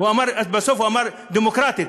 בסוף הוא אמר דמוקרטית.